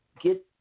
get